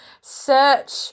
search